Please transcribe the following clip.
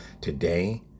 today